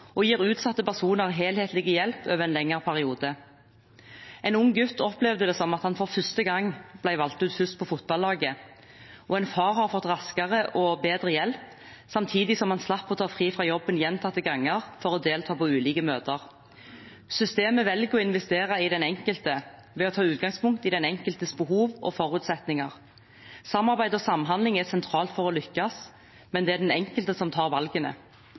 og de gir utsatte personer helhetlig hjelp over en lengre periode. En ung gutt opplevde det som at han for første gang ble valgt ut først på fotballaget, og en far har fått raskere og bedre hjelp samtidig som han slapp å ta fri fra jobben gjentatte ganger for å delta på ulike møter. Systemet velger å investere i den enkelte ved å ta utgangspunkt i den enkeltes behov og forutsetninger. Samarbeid og samhandling er sentralt for å lykkes, men det er den enkelte som tar valgene.